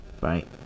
right